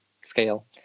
scale